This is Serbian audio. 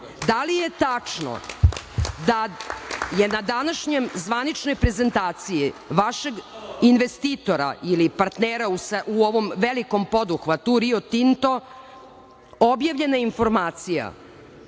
li je tačno da je na današnjoj zvaničnoj prezentaciji vašeg investitora ili partnera u ovom velikom poduhvatu "Rio Tinto" objavljena informacija